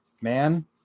man